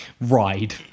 ride